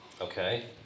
Okay